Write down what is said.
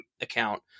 account